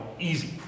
easy